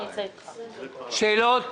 יש שאלות?